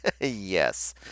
Yes